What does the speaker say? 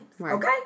Okay